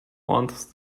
once